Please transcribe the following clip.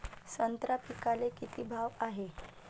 संत्रा पिकाले किती भाव हाये?